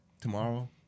tomorrow